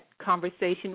conversation